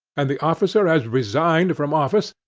and the officer has resigned from office,